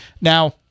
Now